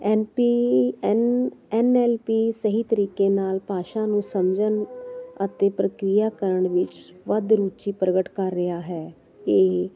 MP N L P ਸਹੀ ਤਰੀਕੇ ਨਾਲ ਭਾਸ਼ਾ ਨੂੰ ਸਮਝਣ ਅਤੇ ਪ੍ਰਕਿਰਿਆ ਕਰਨ ਵਿੱਚ ਵੱਧ ਰੁਚੀ ਪ੍ਰਗਟ ਕਰ ਰਿਹਾ ਹੈ ਇਹ